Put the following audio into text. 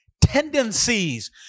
Tendencies